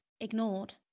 ignored